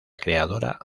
creadora